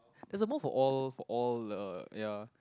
it suppose for all for all the ya